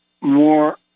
more